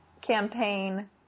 campaign